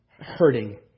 hurting